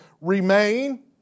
remain